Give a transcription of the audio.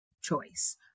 choice